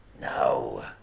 No